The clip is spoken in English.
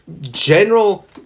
general